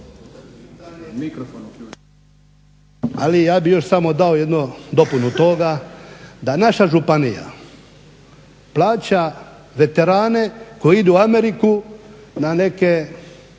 ali ja bi još samo dao jedno, dopunu toga da naša županija plaća veterane koji idu u Ameriku na neke,